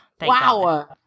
Wow